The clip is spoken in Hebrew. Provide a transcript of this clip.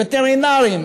וטרינרים,